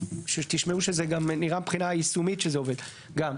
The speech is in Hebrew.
תשמעו שזה גם נראה מבחינה יישומית שזה עובד גם.